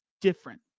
different